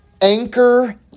anchor